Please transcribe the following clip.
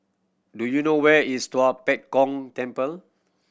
do you know where is Tua Pek Kong Temple